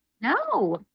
No